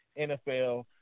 NFL